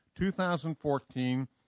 2014